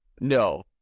No